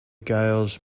giles